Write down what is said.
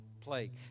plague